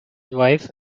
wife